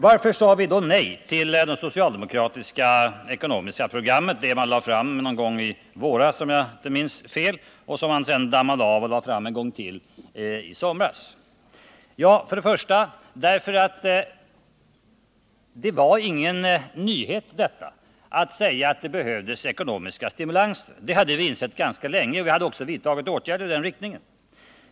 Varför sade vi då nej till det socialdemokratiska ekonomiska program som man lade fram någon gång i våras, om jag inte minns fel, och som man sedan dammade av och lade fram en gång till i somras? Jo, därför att det var ingen nyhet att säga att det behövdes ekonomiska stimulanser. Det hade vi insett ganska länge, och vi hade också vidtagit åtgärder i den riktningen.